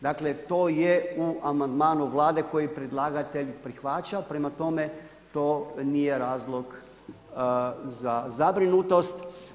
Dakle to je u amandmanu Vlade koji predlagatelj prihvaća, prema tome to nije razlog za zabrinutost.